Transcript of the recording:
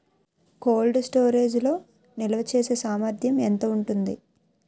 Cold storage లో నిల్వచేసేసామర్థ్యం ఎంత ఉంటుంది?